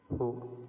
हो